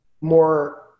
more